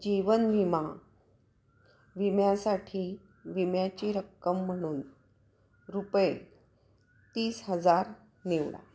जीवन विमा विम्यासाठी विम्याची रक्कम म्हणून रुपये तीस हजार निवडा